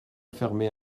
fermer